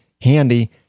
handy